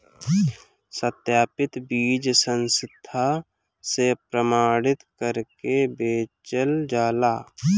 सत्यापित बीज संस्था से प्रमाणित करके बेचल जाला